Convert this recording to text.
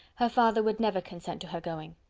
her father would never consent to her going.